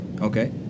Okay